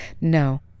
No